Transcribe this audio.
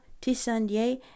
Tissandier